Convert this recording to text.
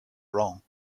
wrong